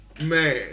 Man